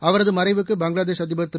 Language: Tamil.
அவரது மறைவுக்கு பங்களாதேஷ் அதிபா் திரு